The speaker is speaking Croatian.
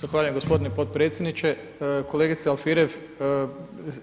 Zahvaljujem gospodine podpredsjedniče, kolegice Alfirev